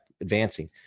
advancing